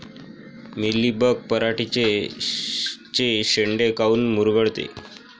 Mealybug पराटीचे चे शेंडे काऊन मुरगळते?